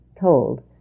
told